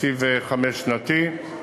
תקציב חמש-שנתי,